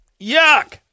yuck